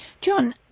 John